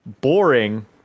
boring